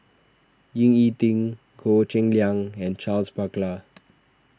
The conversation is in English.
Ying E Ding Goh Cheng Liang and Charles Paglar